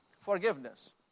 forgiveness